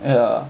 ya